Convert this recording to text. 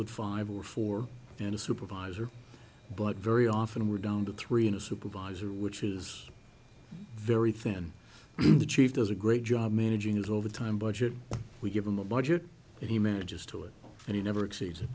with five or four in a supervisor but very often we're down to three and a supervisor which is very thin the chief does a great job managing it all the time budget we give him the budget and he manages to it and he never exceed